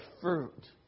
fruit